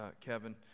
Kevin